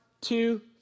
Two